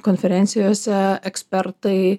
konferencijose ekspertai